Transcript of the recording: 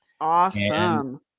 Awesome